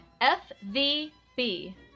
F-V-B